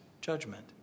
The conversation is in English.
judgment